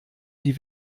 die